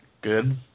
good